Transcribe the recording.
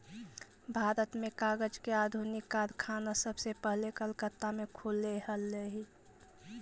भारत में कागज के आधुनिक कारखाना सबसे पहले कलकत्ता में खुलले हलइ